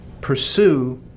Pursue